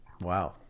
Wow